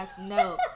No